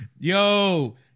Yo